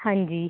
हां जी